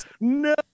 no